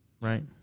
right